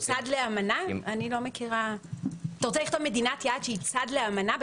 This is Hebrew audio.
אתה רוצה לכתוב מדינת יעד שהיא צד לאמנה?